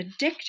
addictive